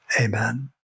Amen